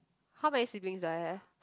how many siblings do I have